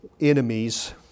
enemies